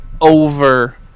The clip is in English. over